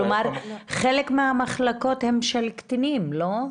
כלומר, חלק מהמחלקות הן של קטינים, לא?